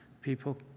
people